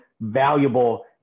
valuable